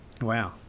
wow